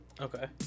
Okay